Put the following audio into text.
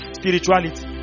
spirituality